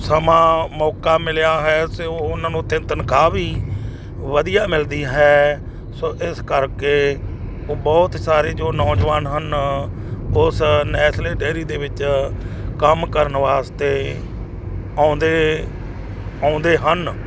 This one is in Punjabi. ਸਮਾਂ ਮੌਕਾ ਮਿਲਿਆ ਹੈ ਅਤੇ ਉਹ ਉਹਨਾਂ ਨੂੰ ਉੱਥੇ ਤਨਖਾਹ ਵੀ ਵਧੀਆ ਮਿਲਦੀ ਹੈ ਸੋ ਇਸ ਕਰਕੇ ਉਹ ਬਹੁਤ ਸਾਰੇ ਜੋ ਨੌਜਵਾਨ ਹਨ ਉਸ ਨੈਸਲੇ ਡੇਰੀ ਦੇ ਵਿੱਚ ਕੰਮ ਕਰਨ ਵਾਸਤੇ ਆਉਂਦੇ ਆਉਂਦੇ ਹਨ